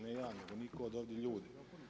Ne ja, nego nitko od ovih ljudi.